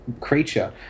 creature